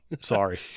Sorry